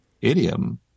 idiom